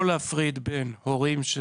לא להפריד בין הורים של,